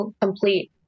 complete